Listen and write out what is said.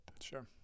Sure